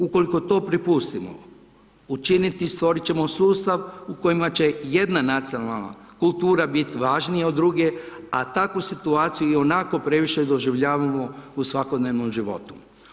Ukoliko to propustimo učiniti, stvorit ćemo sustav u kojem će jedna nacionalna kultura biti važnija od druge, a takvu situaciju ionako previše doživljavamo u svakodnevnom životu.